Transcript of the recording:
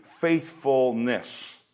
faithfulness